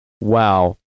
Wow